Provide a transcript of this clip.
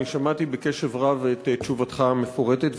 שמעתי בקשב רב את תשובתך המפורטת,